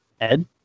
Ed